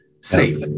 Safe